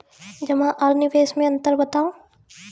जमा आर निवेश मे अन्तर बताऊ?